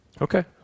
Okay